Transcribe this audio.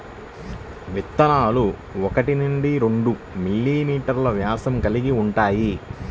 విత్తనాలు ఒకటి నుండి రెండు మిల్లీమీటర్లు వ్యాసం కలిగి ఉంటాయి